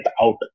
out